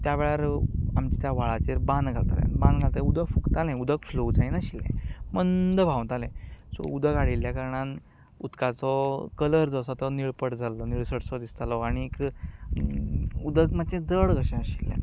त्या वेळार आमच्या त्या व्हाळाचेर बांद घालताले बांद घालताले तें उदक सुकतालें उदक फ्लोव जायना आशिल्लें मंद व्हावतालें सो उदक आडायल्ल्या कारणान उदकाचो कलर जो आसा तो नीळपड जाल्लो नीळसोसो दिसतालो आनी उदक मातशें जड कशें आशिल्लें